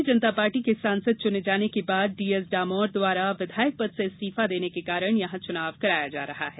भारतीय जनता पार्टी के सांसद चुने जाने के बाद जीएस डामोर द्वारा विधायक पद से इस्तीफा देने के कारण यहां चुनाव कराया जा रहा है